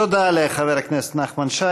תודה לחבר הכנסת נחמן שי.